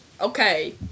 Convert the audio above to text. okay